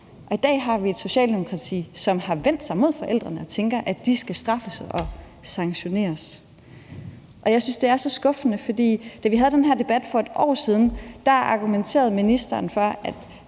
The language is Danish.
i dag har vi et Socialdemokrati, som har vendt sig imod forældrene og tænker, at de skal straffes og sanktioneres. Jeg synes, at det er så skuffende, for da vi havde den her debat for et år siden, argumenterede ministeren for, at